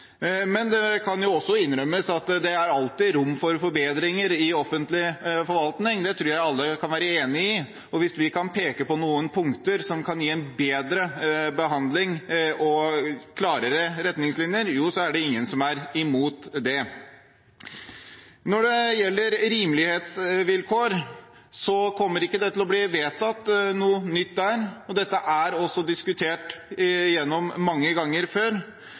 Det kan jo også innrømmes at det alltid er rom for forbedringer i offentlig forvaltning. Det tror jeg alle kan være enig i, og hvis vi kan peke på noen punkter som kan gi en bedre behandling og klarere retningslinjer, er det ingen som er imot det. Når det gjelder rimelighetsvilkår, kommer det ikke til å bli vedtatt noe nytt. Dette er også diskutert mange ganger før,